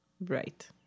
Right